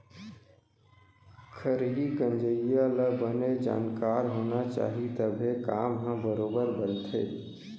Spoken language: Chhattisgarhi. खरही गंजइया ल बने जानकार होना चाही तभे काम ह बरोबर बनथे